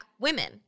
women